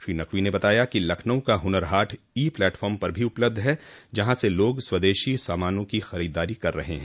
श्री नकवी ने बताया कि लखनऊ का हुनर हॉट ई प्लेटफार्म पर भी उपलब्ध है जहां से लोग स्वदेशी सामानों की खरीददारी कर रहे हैं